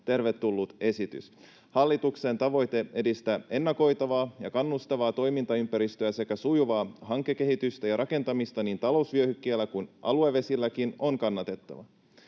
tervetullut esitys. Hallituksen tavoite edistää ennakoitavaa ja kannustavaa toimintaympäristöä sekä sujuvaa hankekehitystä ja rakentamista niin talousvyöhykkeellä kuin aluevesilläkin on kannatettava.